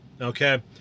Okay